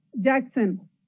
Jackson